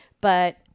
But-